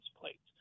plates